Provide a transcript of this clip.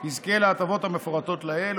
יזכה להטבות המפורטות לעיל,